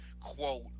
quote